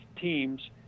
teams